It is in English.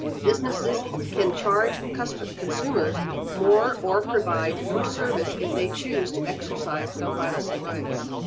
businesses can charge custom consumers more or provide worse service if they choose to exercise their privacy rights.